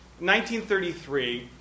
1933